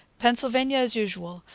pennsylvania, as usual,